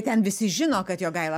ten visi žino kad jogaila